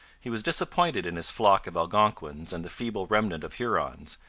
he was disappointed in his flock of algonquins and the feeble remnant of hurons,